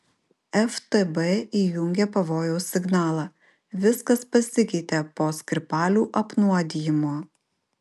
ftb įjungė pavojaus signalą viskas pasikeitė po skripalių apnuodijimo